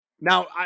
now